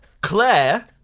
claire